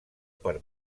per